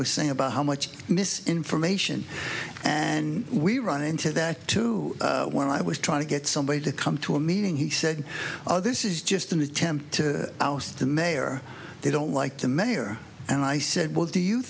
with say about how much mis information and we run into that too when i was trying to get somebody to come to a meeting he said oh this is just an attempt to oust the mayor they don't like the mayor and i said what do you